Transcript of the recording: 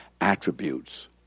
attributes